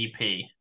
EP